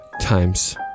Times